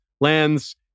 lands